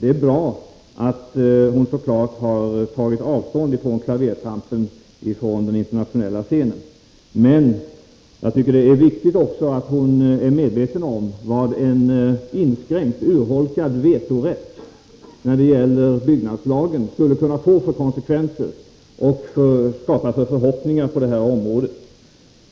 Det är bra att hon har tagit avstånd från klavertrampen på den internationella scenen. Men jag tycker det också är viktigt att hon är medveten om vad en inskränkt, urholkad vetorätt när det gäller byggnadslagen skulle kunna få för konsekvenser och skapa för förhoppningar på detta område.